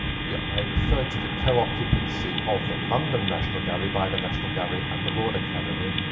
yeah i refer to the co-occupancy of the london national gallery by the national gallery and the royal academy.